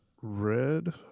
red